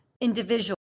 individual